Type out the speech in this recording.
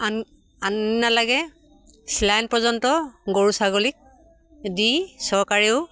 আন আন নালাগে চেলাইন পৰ্যন্ত গৰু ছাগলীক দি চৰকাৰেও